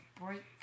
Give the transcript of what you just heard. break